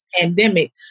pandemic